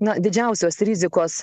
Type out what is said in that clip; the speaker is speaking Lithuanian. na didžiausios rizikos